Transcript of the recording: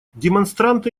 демонстранты